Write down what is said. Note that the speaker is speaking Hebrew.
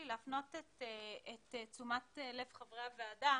להפנות את תשומת לב חברי הוועדה